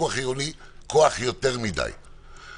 לפיקוח העירוני יותר מדי כוח.